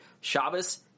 Shabbos